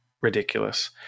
ridiculous